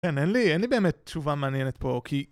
אין לי, אין לי באמת תשובה מעניינת פה כי...